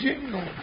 Jingle